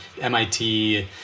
MIT